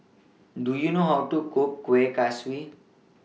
Do YOU know How to Cook Kueh Kaswi